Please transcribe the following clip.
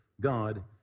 God